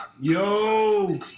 Yo